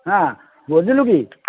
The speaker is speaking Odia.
ହାଁ ବୁଝିଲୁ କି